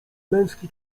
męski